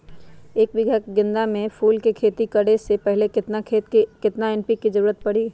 एक बीघा में गेंदा फूल के खेती करे से पहले केतना खेत में केतना एन.पी.के के जरूरत परी?